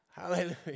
Hallelujah